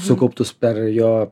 sukauptus per jo